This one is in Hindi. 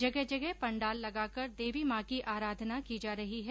जगह जगह पण्डाल लगाकर देवी माँ की आराधना की जा रही है